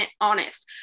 honest